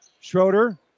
Schroeder